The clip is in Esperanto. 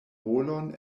rolon